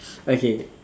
okay